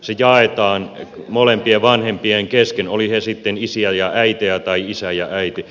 se jaetaan molempien vanhempien kesken oli tämä sitten isä ja äiti